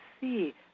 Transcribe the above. see